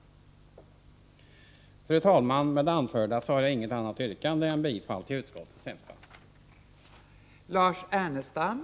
Fru talman! Jag har inget annat yrkande än om bifall till utskottets hemställan.